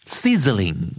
sizzling